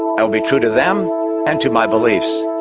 i'll be true to them and to my beliefs,